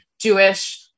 Jewish